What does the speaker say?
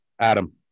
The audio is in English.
Adam